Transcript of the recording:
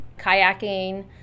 kayaking